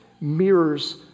mirrors